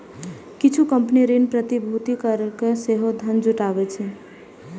किछु कंपनी ऋण प्रतिभूति कैरके सेहो धन जुटाबै छै